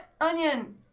onion